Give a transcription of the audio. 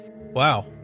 Wow